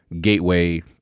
gateway